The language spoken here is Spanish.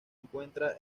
encuentra